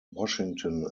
washington